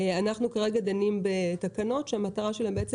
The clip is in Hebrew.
אנחנו כרגע דנים בתקנות שהמטרה שלהן בעצם